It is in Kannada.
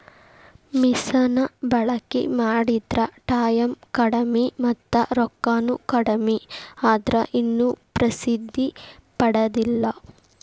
ಮಿಷನ ಬಳಕಿ ಮಾಡಿದ್ರ ಟಾಯಮ್ ಕಡಮಿ ಮತ್ತ ರೊಕ್ಕಾನು ಕಡಮಿ ಆದ್ರ ಇನ್ನು ಪ್ರಸಿದ್ದಿ ಪಡದಿಲ್ಲಾ